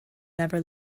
never